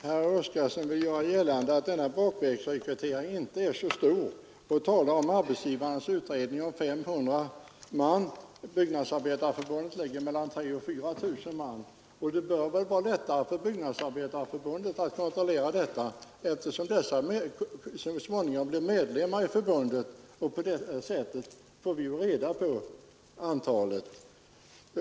Herr talman! Herr Oskarson vill göra gällande att bakvägsrekryteringen inte är så stor och talar om arbetsgivarnas utredning som redovisar siffran 500 man. Enligt Byggnadsarbetareförbundet gäller det mellan 3 000 och 4 000 man. Det bör väl vara lättare för Byggnadsarbetareförbundet att kontrollera den verkliga situationen. Dessa människor blir så småningom medlemmar i förbundet, och på det sättet får vi ju reda på antalet.